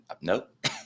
nope